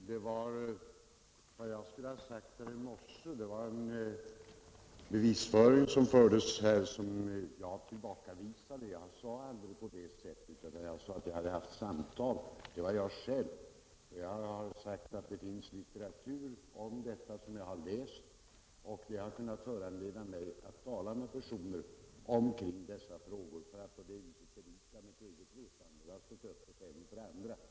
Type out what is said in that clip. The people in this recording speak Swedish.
Herr talman! Jag tillbakavisar den bevisföring som här förebragts i fråga om vad jag skulle ha sagt i morse. Jag uttryckte mig inte så som påståtts, utan jag sade att jag själv hade haft samtal. Det finns litteratur om detta som jag har läst, och det har föranlett mig att tala med personer kring dessa frågor för att på det sättet berika mitt eget vetande.